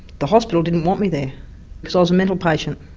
the hospital didn't want me there cause i was a mental patient.